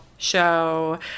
show